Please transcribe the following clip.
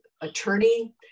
attorney